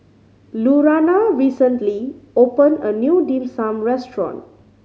Lurana recently opened a new Dim Sum restaurant